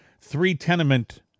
three-tenement